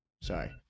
Sorry